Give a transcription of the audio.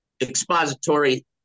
expository